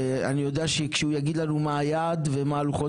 ואני יודע שכשהוא יגיע לנו מה היעד ומה לוחות